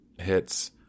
hits –